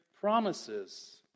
promises